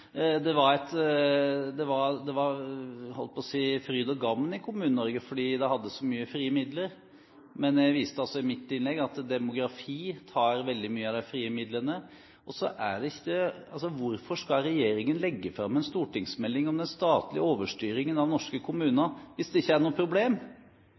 sa, var jo at det var – jeg holdt på å si – fryd og gammen i Kommune-Norge, fordi de hadde så mye frie midler. Men jeg viste i mitt innlegg til at demografi tar veldig mye av de frie midlene, og hvorfor skal regjeringen legge fram en stortingsmelding om den statlige overstyringen av norske